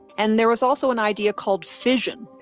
and there was also an idea called fission,